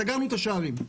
סגרנו את השערים.